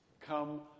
come